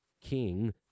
king